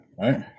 right